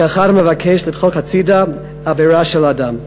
כאחד המבקש לדחוק הצדה עבירה של אדם.